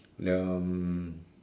the um